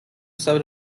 sub